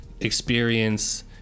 experience